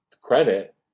credit